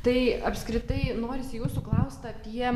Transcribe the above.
tai apskritai norisi jūsų klaust apie